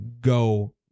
go